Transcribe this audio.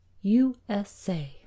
USA